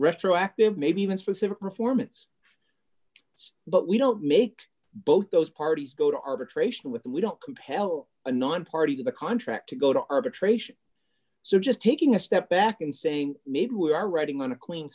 retroactive maybe even specific performance it's but we don't make both those parties go to arbitration with them we don't compel a non party to the contract to go to arbitration so just taking a step back and saying maybe we are riding on a clean